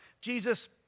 Jesus